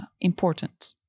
important